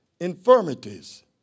infirmities